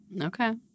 okay